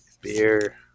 Beer